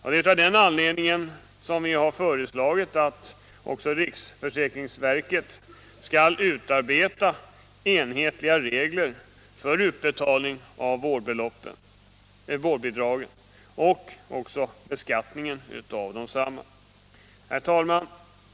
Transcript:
Det är av den anledningen som vi har föreslagit att riksförsäkringsverket skall utarbeta enhetliga regler för utbetalning av vårdbidragen och för beskattningen av desamma. Herr talman!